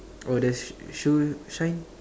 oh that shoe shine